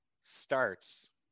starts